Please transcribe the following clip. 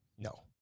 No